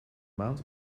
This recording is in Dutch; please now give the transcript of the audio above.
maand